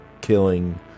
killing